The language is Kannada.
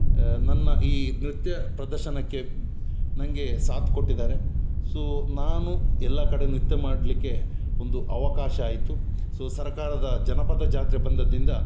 ನನ್ನ ಈ ನೃತ್ಯ ಪ್ರದರ್ಶನಕ್ಕೆ ನನ್ಗೆ ಸಾಥ್ ಕೊಟ್ಟಿದ್ದಾರೆ ಸೊ ನಾನು ಎಲ್ಲಾ ಕಡೆ ನೃತ್ಯ ಮಾಡಲಿಕ್ಕೆ ಒಂದು ಅವಕಾಶ ಆಯಿತು ಸೊ ಸರಕಾರದ ಜನಪದ ಜಾತ್ರೆ ಬಂದದ್ರಿಂದ